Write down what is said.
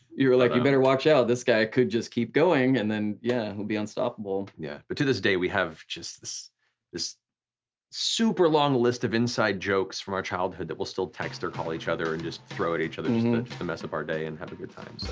you were like you better watch out, this guy could just keep going, and then yeah, he'll be unstoppable. yeah, but to this day we have this this super long list of inside jokes from our childhood that we'll still text or call each other and just throw at each other just and to mess up our day and have a good time.